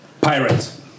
Pirates